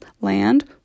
land